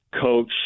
coach